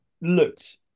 looked